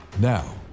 Now